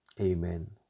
Amen